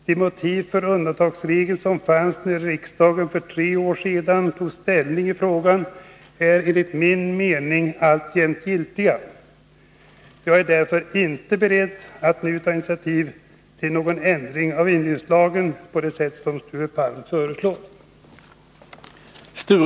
De motiv för undantagsregeln som fanns när riksdagen för tre år sedan tog ställning i frågan är enligt min mening alltjämt giltiga. Jag är därför inte beredd att nu ta initiativ till någon ändring av indelningslagen på det sätt som Sture Palm föreslår.